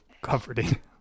comforting